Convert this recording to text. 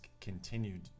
continued